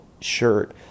shirt